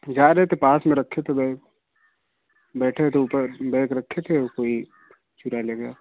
जा रहे थे पास में रखे थे बैग बैठे थे ऊपर बैग रखे थे कोई चुरा ले गया